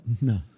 No